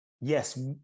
yes